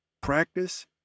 practice